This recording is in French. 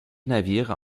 navires